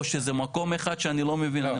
או שזה מקום אחד שאני לא מבין,